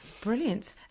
Brilliant